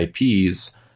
IPs